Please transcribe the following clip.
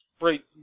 Right